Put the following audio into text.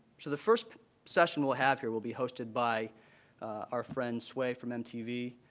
so the first session we'll have here will be hosted by our friend sway from mtv.